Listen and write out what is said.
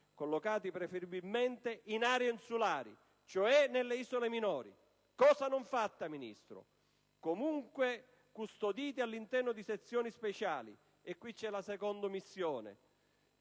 collocati preferibilmente in aree insulari, cioè nelle isole minori (cosa non fatta, Ministro), comunque custoditi all'interno di sezioni speciali (e qui c'è la seconda omissione),